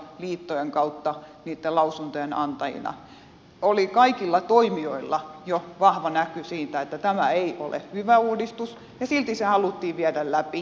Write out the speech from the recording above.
maakuntaliittojen kautta niitten lausuntojen antajina oli kaikilla toimijoilla jo vahva näky siitä että tämä ei ole hyvä uudistus ja silti se haluttiin viedä läpi